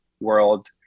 world